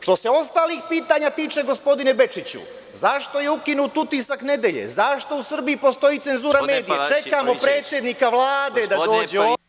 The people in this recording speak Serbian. Što se ostalih pitanja tiče, gospodine Bečiću, zašto je ukinut „Utisak nedelje“, zašto u Srbiji postoji cenzura medija, čekamo predsednika Vlade da dođe ovde i da razgovaramo.